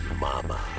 mama